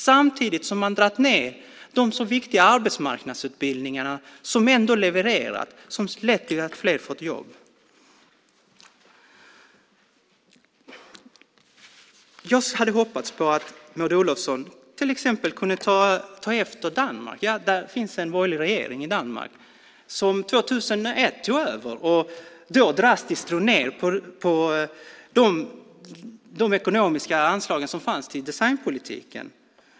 Samtidigt har man dragit ned de viktiga arbetsmarknadsutbildningarna som ändå levererat och lett till att fler fått jobb. Jag hade hoppats att Maud Olofsson hade kunnat ta efter till exempel Danmark. Den borgerliga regeringen i Danmark tog över 2001 och drog då hastigt ned på de ekonomiska anslag som fanns till designpolitik.